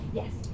yes